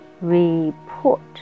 Report